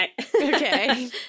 Okay